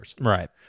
Right